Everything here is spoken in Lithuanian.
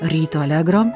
ryto alegro